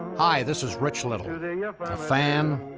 hi this is rich little. a fan,